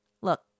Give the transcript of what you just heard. look